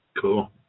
Cool